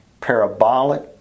parabolic